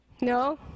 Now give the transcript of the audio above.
No